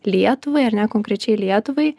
lietuvai ar ne konkrečiai lietuvai